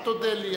אל תודה לי.